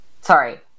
Sorry